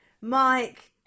Mike